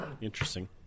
Interesting